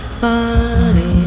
body